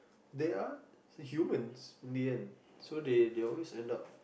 they are humans in the end so they they always end up